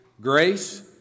grace